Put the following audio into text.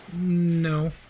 No